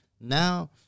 Now